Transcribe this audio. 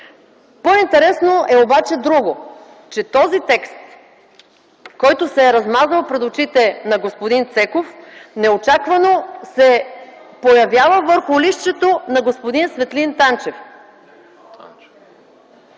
По-интересно е обаче друго – че този текст, който се е размазал пред очите на господин Цеков, неочаквано се появява върху листчето на господин Светлин Танчев